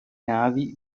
navi